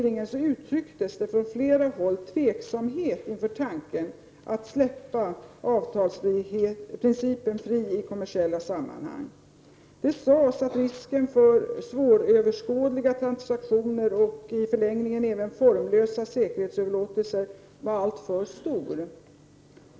Det uttrycktes från flera håll tveksamhet inför tanken att släppa avtalsprincipen fri i kommersiella sammanhang. Det sades att risken för svåröverskådliga transaktioner och i förlängningen även formlösa säkerhetsöverlåtelser var alltför stor.